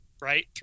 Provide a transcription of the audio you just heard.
right